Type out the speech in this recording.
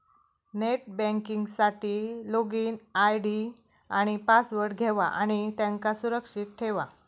net banking साठी login ID आणि password घेवा आणि त्यांका सुरक्षित ठेवा